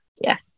Yes